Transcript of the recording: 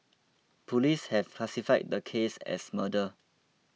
police have classified the case as murder